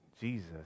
Jesus